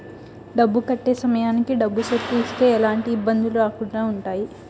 డబ్బు కట్టే సమయానికి డబ్బు సెక్కు ఇస్తే ఎలాంటి ఇబ్బందులు రాకుండా ఉంటాయి